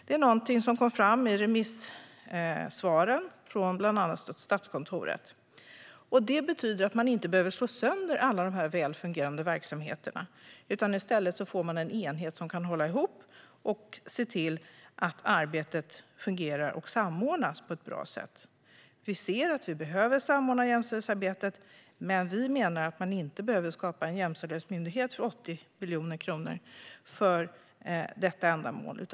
Det är något som kom fram i remissvaren från bland annat Statskontoret. Det betyder att man inte behöver slå sönder dessa välfungerande verksamheter. I stället får man en enhet som kan hålla ihop och se till att arbetet samordnas på ett bra sätt. Vi ser att vi behöver samordna jämställdhetsarbetet, men vi menar att man inte behöver skapa en jämställdhetsmyndighet för 80 miljoner kronor för detta ändamål.